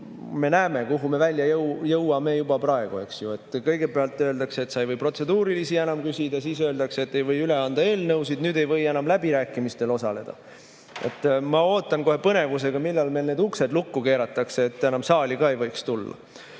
me näeme, kuhu me välja jõuame, juba praegu. Kõigepealt öeldakse, et sa ei või protseduurilisi enam küsida, siis öeldakse, et ei või üle anda eelnõusid, nüüd ei või enam läbirääkimistel osaleda. Ma ootan kohe põnevusega, millal meil need uksed lukku keeratakse, et enam saali ka ei võiks tulla.